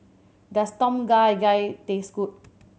does Tom Kha Gai taste good